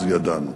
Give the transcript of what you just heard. אז ידענו.